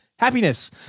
happiness